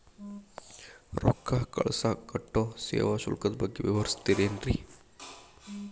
ರೊಕ್ಕ ಕಳಸಾಕ್ ಕಟ್ಟೋ ಸೇವಾ ಶುಲ್ಕದ ಬಗ್ಗೆ ವಿವರಿಸ್ತಿರೇನ್ರಿ?